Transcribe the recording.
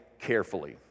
carefully